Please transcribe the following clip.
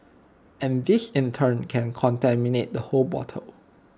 and this in turn can contaminate the whole bottle